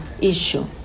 issue